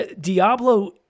Diablo